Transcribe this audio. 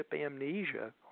amnesia